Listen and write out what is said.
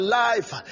life